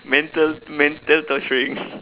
mental mental torturing